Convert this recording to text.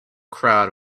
crowd